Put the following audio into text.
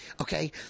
Okay